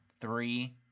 three